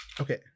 okay